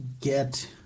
get